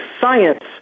science